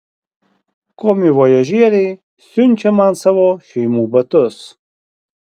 komivojažieriai siunčia man savo šeimų batus